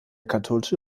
katholische